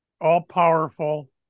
all-powerful